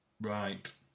Right